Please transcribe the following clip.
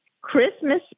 Christmas